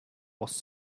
was